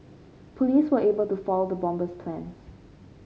police were able to foil the bomber's plans